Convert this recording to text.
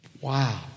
Wow